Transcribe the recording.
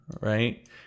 right